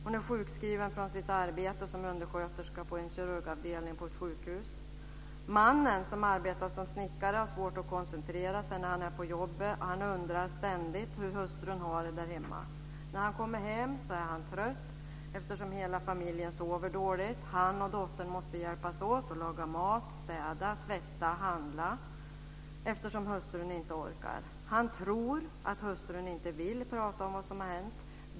Hon är sjukskriven från sitt arbete som undersköterska på en kirurgavdelning på ett sjukhus. Mannen som arbetar som snickare har svårt att koncentrera sig när han är på jobbet. Han undrar ständigt hur hustrun har det där hemma. När han kommer hem är han trött eftersom hela familjen sover dåligt. Han och dottern måste hjälpas åt att laga mat, städa, tvätta och handla eftersom hustrun inte orkar. Han tror att hustrun inte vill prata om vad som hänt den där kvällen.